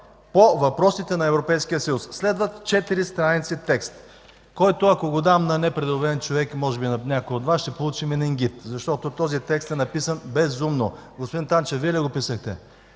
по въпросите на Европейския съюз. Следва 4 страници текст, който, ако го дам на непредубеден човек, може би на някой от Вас, ще получи менингит, защото този текст е написан безумно. Господин Танчев, Вие ли го писахте?